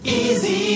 easy